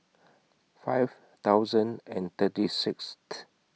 five thousand and thirty Sixth